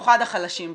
במיוחד החלשים ביותר,